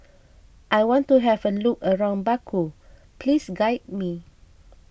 I want to have a look around Baku Please guide me